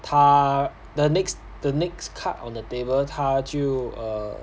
他 the next the next card on the table 他就 err